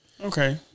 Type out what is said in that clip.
Okay